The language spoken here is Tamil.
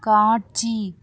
காட்சி